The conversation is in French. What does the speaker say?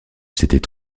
c’était